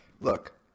look